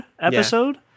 episode